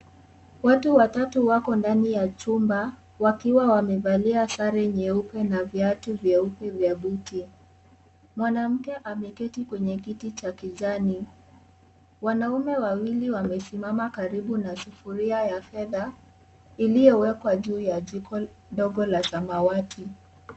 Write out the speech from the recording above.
Watu watatu wako ndani ya chumba wakiwa wamevalia sare nyeupe na viatu vyeupe vya buti. Mwanamke ameketi kwenye kiti cha kijani. Wanaume wawili wamesimama karibu na sufuria ya fedha iliyowekwa juu ya jiko dogo la samawati.